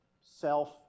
self